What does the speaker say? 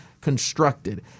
constructed